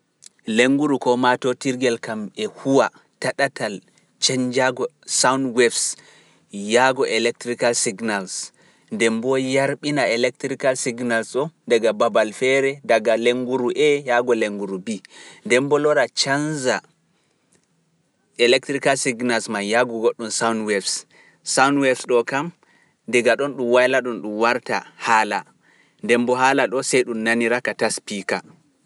Lennguru ko maatotirgel kam e huwa ta ɗatal chanjago soundwefs yaago electrical signals ndemboo yarɓina electrical signals ɗo daga babal feere daga lenguru A yaago lenguru B. ndemboo loora chanja Electrical signals man yaago goɗɗum soundwefs, soundwefs ɗo kam daga ɗon ɗum wayla ɗum ɗum warta haala ndemboo haala ɗo sey ɗum nanira ka ta spiika.